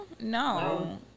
No